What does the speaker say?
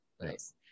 Nice